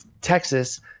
texas